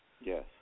Yes